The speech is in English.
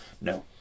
No